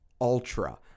Ultra